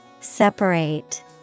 Separate